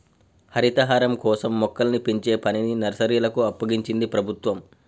హరితహారం కోసం మొక్కల్ని పెంచే పనిని నర్సరీలకు అప్పగించింది ప్రభుత్వం